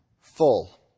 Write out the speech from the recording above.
full